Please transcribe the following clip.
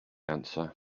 answer